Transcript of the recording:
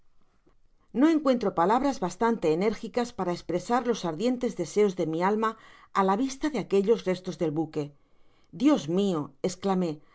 no encuentro palabras bastante enérgicas para espresar los ardientes deseos de mi alma á la vista de aquellos restos dal buque dios mio esclamé